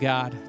God